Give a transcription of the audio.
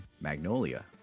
Magnolia